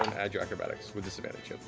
um add your acrobatics with disadvantage.